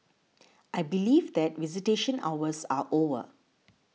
I believe that visitation hours are over